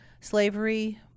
slavery